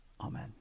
Amen